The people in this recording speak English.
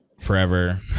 forever